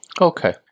Okay